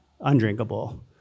undrinkable